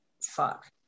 fuck